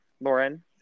lauren